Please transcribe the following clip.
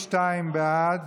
62 בעד,